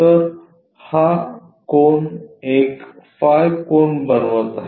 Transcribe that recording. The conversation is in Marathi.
तर हा कोन एक फाय कोन बनवित आहे